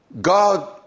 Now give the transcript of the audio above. God